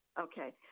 Okay